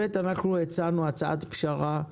דבר שני, הצענו הצעת פשרה,